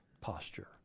posture